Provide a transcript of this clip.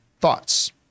thoughts